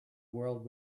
world